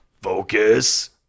focus